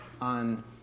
on